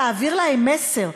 להעביר להם מסר.